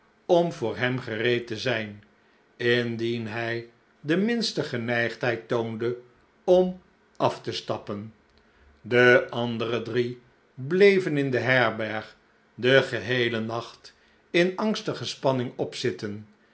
om voor hem het is toch met alles eigenbelang gereed te zijn indien hij de minste geneigdheid toonde om af te stappen de andere drie bleven in de herberg'dengeheelen nacht in angstige spanning opzitten